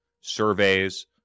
Surveys